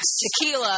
tequila